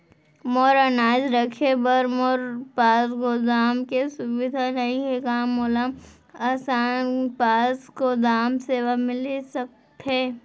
मोर अनाज रखे बर मोर पास गोदाम के सुविधा नई हे का मोला आसान पास गोदाम सेवा मिलिस सकथे?